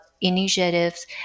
initiatives